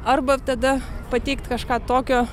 arba tada pateikt kažką tokio